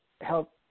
help